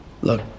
Look